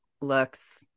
looks